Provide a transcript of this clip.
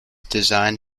design